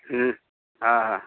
ହଁ